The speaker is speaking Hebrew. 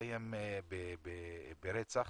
מסתיים ברצח.